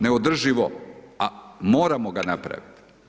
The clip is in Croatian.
Neodrživo a moramo ga napraviti.